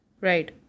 Right